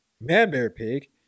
Man-Bear-Pig